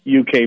UK